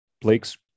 Blake's